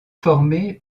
formée